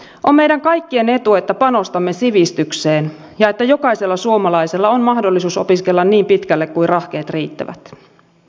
on meidän kaikkien etu että panostamme sivistykseen ja että jokaisella suomalaisella on mahdollisuus opiskella niin pitkälle kuin rahkeet riittävät